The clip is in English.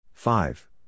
Five